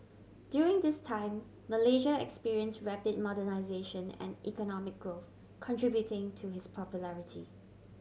during this time Malaysia experience rapid modernisation and economic growth contributing to his popularity